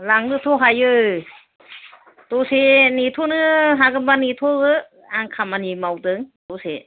लांनोथ' हायो दसे नेथ'नो हागोनबा नेथ'दो आं खामानि मावदों दसे